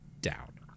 down